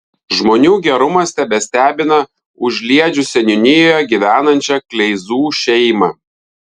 žmonių gerumas tebestebina užliedžių seniūnijoje gyvenančią kleizų šeimą